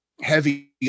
heavy